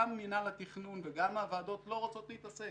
מינהל התכנון וגם הוועדות לא רוצות להתעסק.